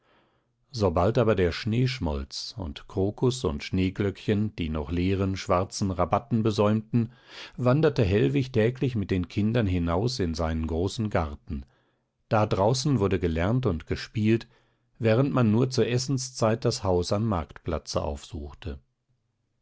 sobald aber der schnee schmolz und krokus und schneeglöckchen die noch leeren schwarzen rabatten besäumten wanderte hellwig täglich mit den kindern hinaus in seinen großen garten da draußen wurde gelernt und gespielt während man nur zur essenszeit das haus am marktplatze aufsuchte